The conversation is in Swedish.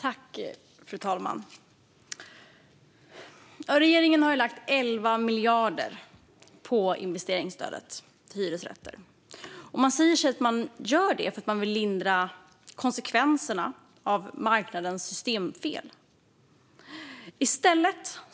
Fru talman! Regeringen har lagt 11 miljarder på investeringsstödet till hyresrätter. Man säger att man gör det för att lindra konsekvenserna av marknadens systemfel.